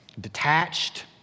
detached